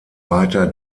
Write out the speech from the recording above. weiter